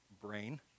brain